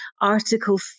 Article